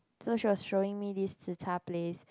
so she was showing me this Zi-char place